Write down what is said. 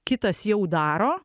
kitas jau daro